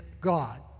God